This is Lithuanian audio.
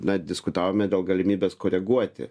na diskutavome dėl galimybės koreguoti